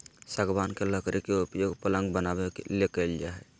सागवान के लकड़ी के उपयोग पलंग बनाबे ले कईल जा हइ